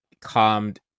calmed